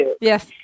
Yes